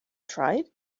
tried